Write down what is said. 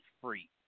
free